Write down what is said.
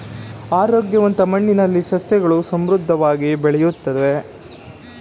ಆರೋಗ್ಯವಂತ ಮಣ್ಣಿನಲ್ಲಿ ಸಸ್ಯಗಳು ಸಮೃದ್ಧವಾಗಿ ಬೆಳೆಯುತ್ತವೆ